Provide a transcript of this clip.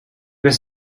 was